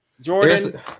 Jordan